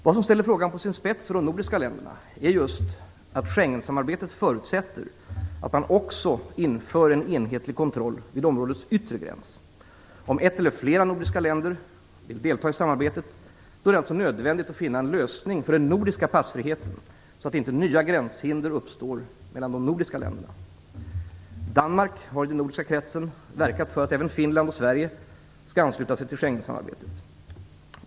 Vad som ställer frågan på sin spets för de nordiska länder är att Schengensamarbetet förutsätter att man också inför en enhetlig kontroll vid områdets yttre gräns. Om ett eller flera nordiska länder önskar delta i samarbetet är det alltså nödvändigt att finna en lösning för den nordiska passfriheten, så att inte nya gränshinder uppstår mellan de nordiska länderna. Danmark har i den nordiska kretsen verkat för att även Finland och Sverige skall ansluta sig till Schengensamarbetet.